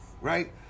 right